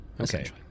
Okay